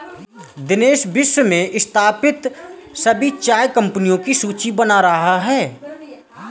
दिनेश विश्व में स्थापित सभी चाय कंपनियों की सूची बना रहा है